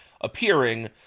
appearing